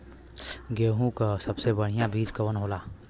गेहूँक सबसे बढ़िया बिज कवन होला?